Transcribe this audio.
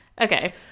Okay